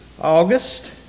August